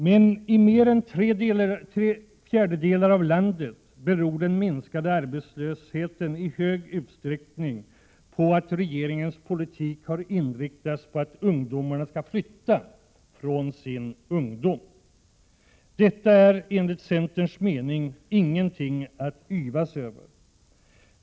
Men i mer än tre fjärdedelar av landet beror den minskade arbetslösheten i stor utsträckning på att regeringens politik har inriktats på att ungdomarna skall flytta från sin hembygd. Detta är, enligt centerns mening, ingenting att yvas över.